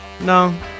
no